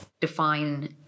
define